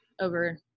over